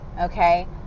okay